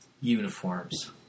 uniforms